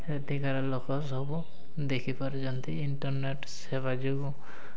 ଏଠିକାର ଲୋକ ସବୁ ଦେଖିପାରୁଛନ୍ତି ଇଣ୍ଟର୍ନେଟ୍ ସେବା ଯୋଗୁଁ